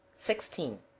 sixteen.